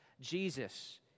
Jesus